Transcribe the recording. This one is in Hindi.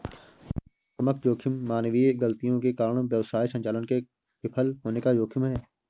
परिचालनात्मक जोखिम मानवीय गलतियों के कारण व्यवसाय संचालन के विफल होने का जोखिम है